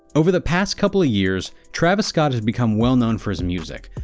over the past couple of years, travis scott has become well known for his music,